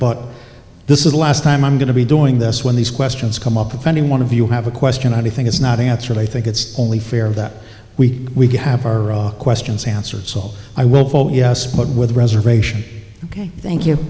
but this is the last time i'm going to be doing this when these questions come up if any one of you have a question i think it's not answered i think it's only fair that we have our questions answered so i will vote yes but with reservation ok thank you